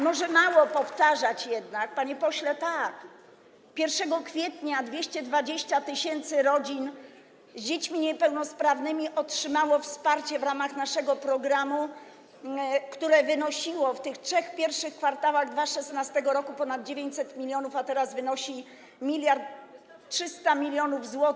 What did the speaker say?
Może to mało powtarzać to, jednak, panie pośle, tak, 1 kwietnia 220 tys. rodzin z dziećmi niepełnosprawnymi otrzymało wsparcie w ramach naszego programu, które wynosiło w tych trzech pierwszych kwartałach 2016 r. ponad 900 mln, a teraz wynosi 1300 mln zł.